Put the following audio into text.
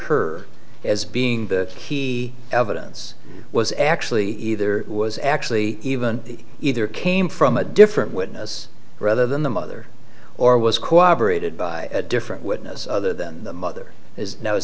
her as being the key evidence was actually the there was actually even either came from a different witness rather than the mother or was cooperated by a different witness other than the mother is now is